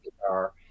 guitar